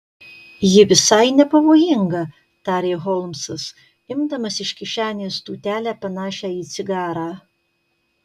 ji visai nepavojinga tarė holmsas imdamas iš kišenės tūtelę panašią į cigarą